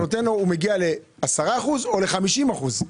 נותן לו מגיע ל-10 אחוזים או ל-50 אחוזים.